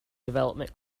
development